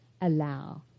allow